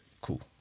Cool